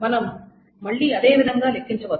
మనం మళ్ళీ అదే విధంగా లెక్కించవచ్చు